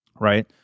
right